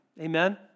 Amen